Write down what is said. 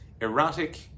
erratic